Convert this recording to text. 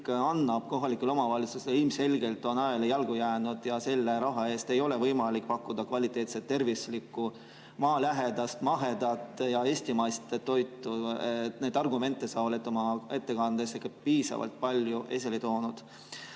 kohalikele omavalitsustele, on ilmselgelt ajale jalgu jäänud. Selle raha eest ei ole võimalik pakkuda kvaliteetset, tervislikku, maalähedast, mahedat ja eestimaist toitu. Neid argumente sa oled oma ettekandes piisavalt palju esile toonud.